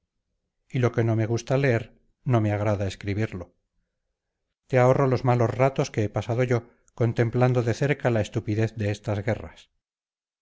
y lo que no me gusta leer no me agrada escribirlo te ahorro los malos ratos que he pasado yo contemplando de cerca la estupidez de estas guerras